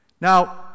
Now